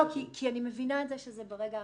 כי אני מבינה שזה ברגע האחרון,